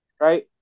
right